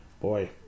boy